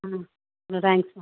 ஆ ஆ தேங்க்ஸ்மா